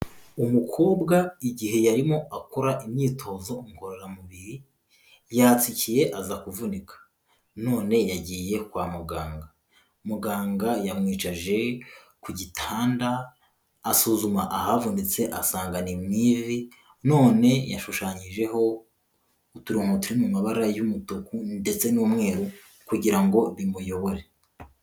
Umukobwa igihe yarimo akora imyitozo ngororamubiri yatsikiye aza kuvunika, none yagiye kwa muganga, muganga yamwicaje ku gitanda asuzuma ahavunitse asanga ni mu ivi none yashushanyijeho uturomo turi mu mabara y'umutuku ndetse n'umweru kugira ngo bimuyobore.